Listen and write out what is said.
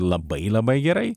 labai labai gerai